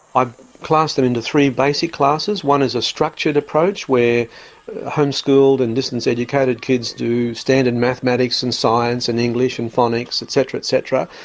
i've classed them into three basic classes. one is a structured approach where homeschooled and distance-educated kids do standard mathematics, and science, and english, and phonics, et cetera, et cetera,